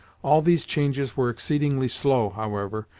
all these changes were exceedingly slow, however,